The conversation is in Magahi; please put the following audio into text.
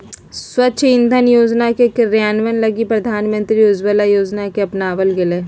स्वच्छ इंधन योजना के क्रियान्वयन लगी प्रधानमंत्री उज्ज्वला योजना के अपनावल गैलय